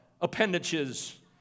appendages